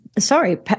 Sorry